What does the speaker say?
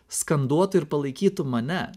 skanduotų ir palaikytų mane